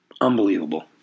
Unbelievable